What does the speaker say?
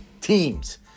teams